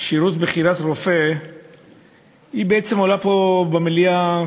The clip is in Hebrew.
בדבר שירות בחירת רופא בעצם עולה פה במליאה